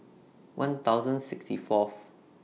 one thousand sixty Fourth